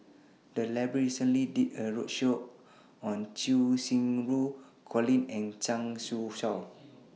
The Library recently did A roadshow on Cheng Xinru Colin and Zhang Shushuo